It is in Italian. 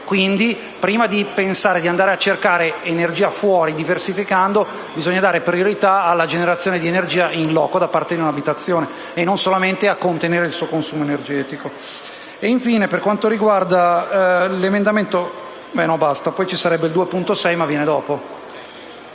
di pensare di andare a cercare energia fuori, diversificando, bisognerebbe dare priorità alla generazione di energia *in loco* da parte di un'abitazione, e non solamente contenere il suo consumo energetico.